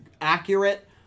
accurate